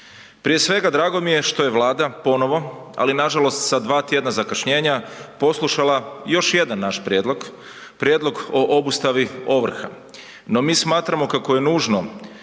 Prije svega drago mi je što je Vlada ponovo, ali nažalost sa 2 tjedna zakašnjenja poslušala još jedan naš prijedlog, prijedlog o obustavi ovrha. No mi smatramo kako je nužno